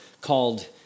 called